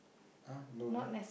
ah no